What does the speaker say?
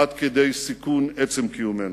עד כדי סיכון עצם קיומנו.